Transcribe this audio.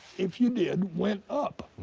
if you did, went up,